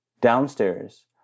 Downstairs